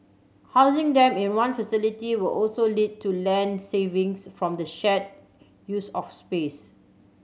housing them in one facility will also lead to land savings from the shared use of space